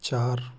चार